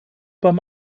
beim